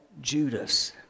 Judas